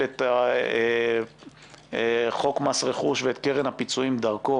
את חוק מס רכוש ואת קרן הפיצויים דרכו.